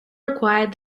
required